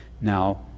Now